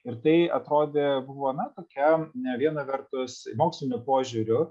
ir tai atrodė buvo na tokia vieną vertus moksliniu požiūriu